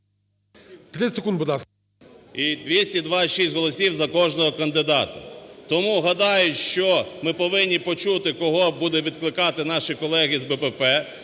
І 226 голосів за кожного кандидата. Тому гадаю, що ми повинні почути, кого будуть відкликати наші колеги з БПП